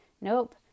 nope